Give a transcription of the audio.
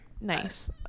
nice